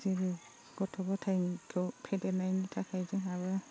जेबो गथ' गथायखौ फेदेरनायनि थाखाय जोंहाबो